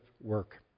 work